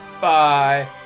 Bye